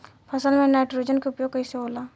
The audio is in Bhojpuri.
फसल में नाइट्रोजन के उपयोग कइसे होला?